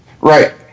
Right